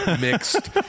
mixed